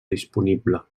disponible